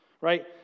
right